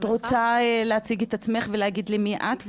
את רוצה להציג את עצמך ולהגיד לי מי את?